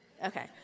Okay